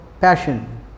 passion